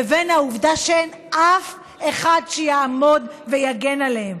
לבין העובדה שאין אף אחד שיעמוד ויגן עליהם.